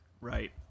right